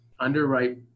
underripe